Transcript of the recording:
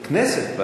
הכנסת.